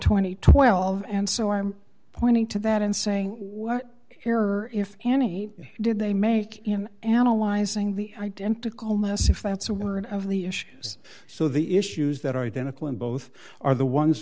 and twelve and so i'm pointing to that in saying what error if any did they make him analyzing the identical mess if that's a word of the issues so the issues that are identical in both are the ones